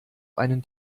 einen